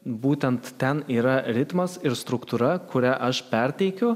būtent ten yra ritmas ir struktūra kurią aš perteikiu